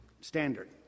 standard